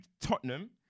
Tottenham